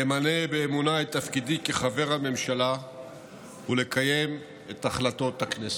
למלא באמונה את תפקידי כחבר הממשלה ולקיים את החלטות הכנסת.